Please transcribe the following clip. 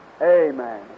amen